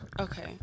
Okay